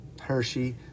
Hershey